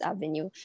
Avenue